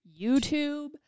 YouTube